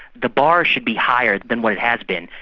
the bar should be higher than what it has been.